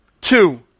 two